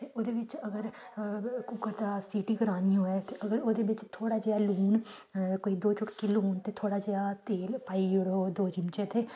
ते ओह्दे बिच्च अगर कुक्कर दा सीटी करानी होए ते ओह्दे बिच्च थोह्ड़ा जेहा लून कोई दो चुटकी लून ते थोह्ड़ा जेहा तेल पाई ओड़ो दो चिमचे ते